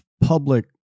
public